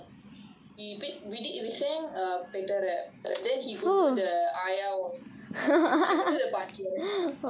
he did we did we sang a petta rap then he could do the iron voice he he could do the party voice